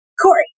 Corey